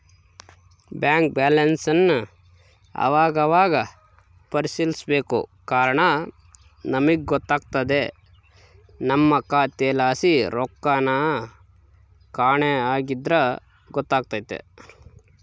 bank ಬ್ಯಾಲನ್ಸನ್ ಅವಾಗವಾಗ ಪರಿಶೀಲಿಸ್ಬೇಕು ಕಾರಣ ನಮಿಗ್ ಗೊತ್ತಾಗ್ದೆ ನಮ್ಮ ಖಾತೆಲಾಸಿ ರೊಕ್ಕೆನನ ಕಾಣೆ ಆಗಿದ್ರ ಗೊತ್ತಾತೆತೆ